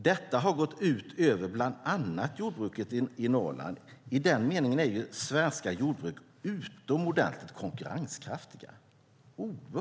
Detta har gått ut över bland annat jordbruket i Norrland. I den meningen är det svenska jordbruket utomordentligt konkurrenskraftigt.